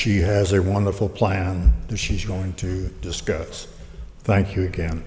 she has a wonderful plan to she's going to discos thank you again